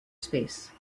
space